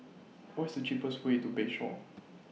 What IS The cheapest Way to Bayshore